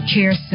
Care